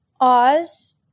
Oz